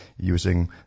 using